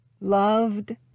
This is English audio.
loved